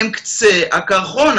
הם קצה הקרחון.